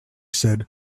said